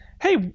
Hey